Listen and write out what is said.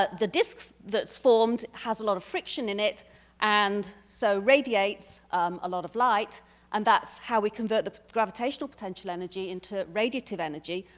ah disc that's formed has a lot of friction in it and so radiates um a lot of light and that's how we convert the gravitational potential energy into radiative energy.